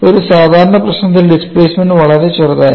ഒരു സാധാരണ പ്രശ്നത്തിൽ ഡിസ്പ്ലേമെൻറ് വളരെ ചെറുതായിരിക്കും